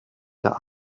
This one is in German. der